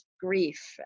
grief